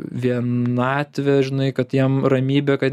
vienatvė žinai kad jiem ramybė kad